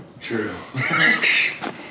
True